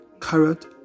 carrot